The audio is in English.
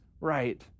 right